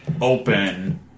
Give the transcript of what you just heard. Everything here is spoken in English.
open